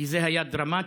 כי זה היה דרמטי,